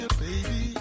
baby